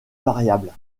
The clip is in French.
variables